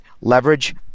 leverage